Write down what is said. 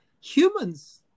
humans